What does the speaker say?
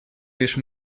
лишь